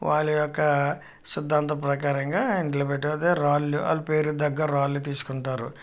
వాళ్ళ యొక్క సిద్ధాంతం ప్రకారంగా ఇంట్లో పెట్టి అదే రాళ్ళు వాళ్ళ పేరుకు తగ్గ రాళ్ళు తీసుకుంటారు